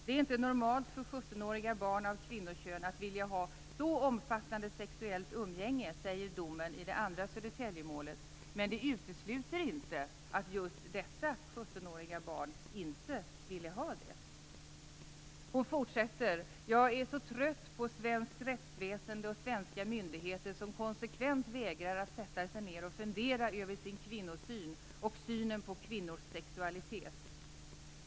Det är inte normalt för 17-åriga barn av kvinnokön att vilja ha så omfattande sexuellt umgänge, säger domen i det andra Södertäljemålet, men det utesluter inte att just detta 17-åriga barn inte ville ha det. Jag är så trött på svenskt rättsväsende och svenska myndigheter, som konsekvent vägrar att sätta sig ned och fundera över sin kvinnosyn och synen på kvinnors sexualitet.